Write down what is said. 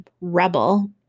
rebel